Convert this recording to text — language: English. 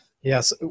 yes